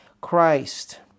Christ